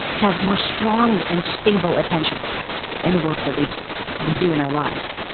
to have more strong and stable attention in the work that we we do in our lives.